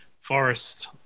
forest